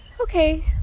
okay